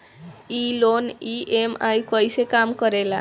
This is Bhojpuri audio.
ई लोन ई.एम.आई कईसे काम करेला?